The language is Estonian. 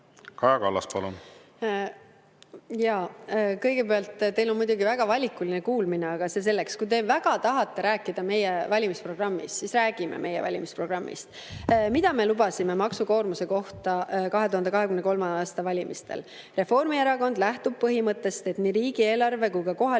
Kaja Kallas, palun! Kõigepealt, teil on muidugi väga valikuline kuulmine, aga see selleks. Kui te väga tahate rääkida meie valimisprogrammist, siis räägime meie valimisprogrammist. Mida me lubasime maksukoormuse kohta 2023. aasta valimistel? Reformierakond lähtub põhimõttest, et nii riigieelarve kui ka kohalikud